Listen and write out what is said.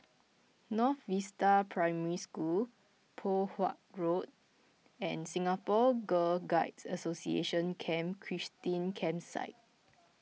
North Vista Primary School Poh Huat Road and Singapore Girl Guides Association Camp Christine Campsite